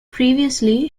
previously